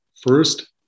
first